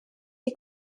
die